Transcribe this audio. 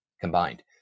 combined